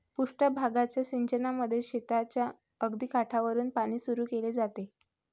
पृष्ठ भागाच्या सिंचनामध्ये शेताच्या अगदी काठावरुन पाणी सुरू केले जाते